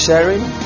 Sharing